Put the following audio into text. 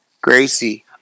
Gracie